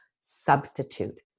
substitute